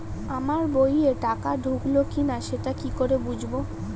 আমার বইয়ে টাকা ঢুকলো কি না সেটা কি করে বুঝবো?